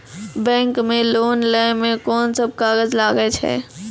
Bank मे loan लै मे कोन सब कागज लागै छै?